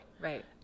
Right